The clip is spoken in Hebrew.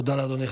תודה לאדוני.